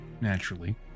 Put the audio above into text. naturally